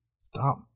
stop